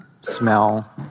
smell